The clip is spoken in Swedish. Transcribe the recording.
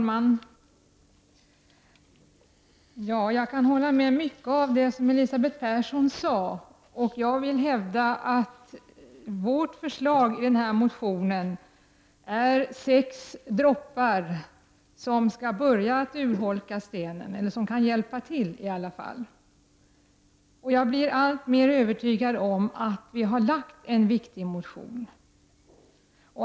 Fru talman! Jag kan hålla med om mycket av det som Elisabeth Persson sade. Jag vill hävda att vårt förslag i den här motionen är sex droppar som i alla fall kan hjälpa till att urholka stenen. Och jag blir alltmer övertygad om att vi har väckt en viktig motion.